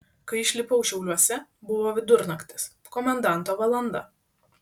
kai išlipau šiauliuose buvo vidurnaktis komendanto valanda